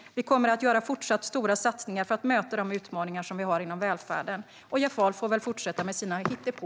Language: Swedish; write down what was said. Vi kommer att fortsätta göra stora satsningar för att möta de utmaningar vi har inom välfärden. Jeff Ahl får väl fortsätta med sitt hittepå.